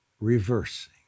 reversing